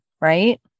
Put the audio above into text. right